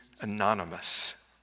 anonymous